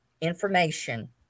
information